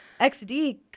XD